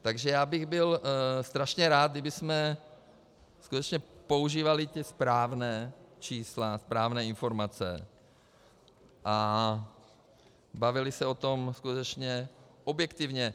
Takže bych byl strašně rád, kdybychom skutečně používali ta správná čísla, správné informace a bavili se o tom skutečně objektivně.